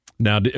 Now